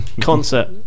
Concert